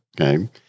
Okay